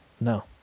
No